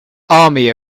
army